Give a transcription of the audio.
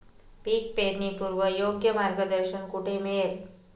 पीक पेरणीपूर्व योग्य मार्गदर्शन कुठे मिळेल?